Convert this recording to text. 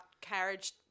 carriage